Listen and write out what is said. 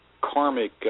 karmic